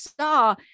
saw